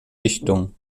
dichtung